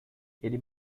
ele